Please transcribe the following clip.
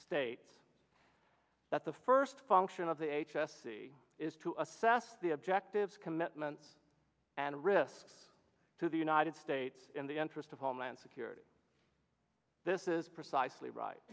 states that the first function of the h s c is to assess the objectives commitments and risks to the united states in the interest of homeland security this is precisely right